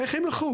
איך הם יגיעו?